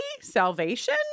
Salvation